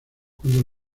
cuando